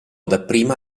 dapprima